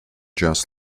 just